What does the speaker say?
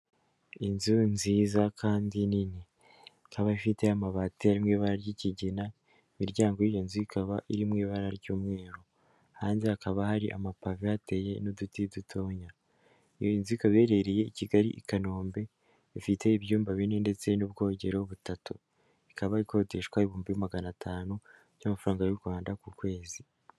Inzu nziza kandi nini ikaba ifite amabati ari mu ibara ry'ikigina, imiryango yiyi nzu ikaba iri mu ibara ry'umweru, hanze hakaba hari amapave hateye n'uduti dutoya, iyi nzu ikaba iherereye i Kigali i Kanombe, ifite ibyumba bine ndetse n'ubwogero butatu, ikaba ikodeshwa ibihumbi magana atanu by'amafaranga y'u Rwanda ku kwezi.